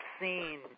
scene